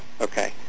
Okay